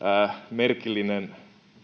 merkillisestä